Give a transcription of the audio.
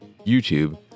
YouTube